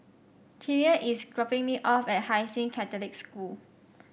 Chimere is dropping me off at Hai Sing Catholic School